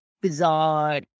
bizarre